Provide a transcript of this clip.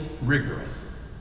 rigorous